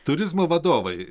turizmo vadovai